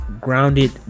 Grounded